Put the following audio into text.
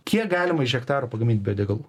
kiek galima iš hektaro pagamint bio degalų